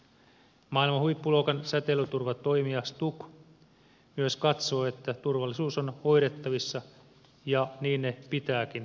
myös maailman huippuluokan säteilyturvatoimija stuk katsoo että turvallisuus on hoidettavissa ja niin se pitääkin pystyä hoitamaan